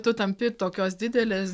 tu tampi tokios didelės